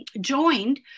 joined